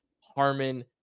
Harmon